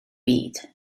byd